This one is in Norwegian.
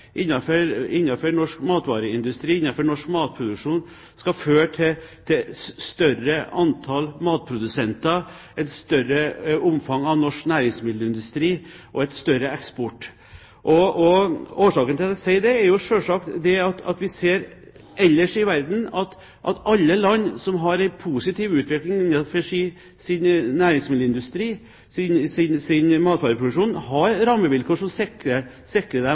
norsk matvareindustri og norsk matproduksjon skal føre til et større antall matprodusenter, et større omfang når det gjelder norsk næringsmiddelindustri, og en større eksport. Årsaken til at jeg sier det, er selvsagt at vi ellers i verden ser at alle land som har en positiv utvikling innenfor sin næringsmiddelindustri og sin matvareproduksjon, har rammevilkår som sikrer dem